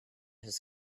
his